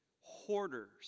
hoarders